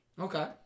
Okay